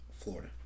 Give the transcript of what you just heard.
Florida